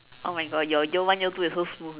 oh mu god your year one year two is so smooth